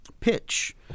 pitch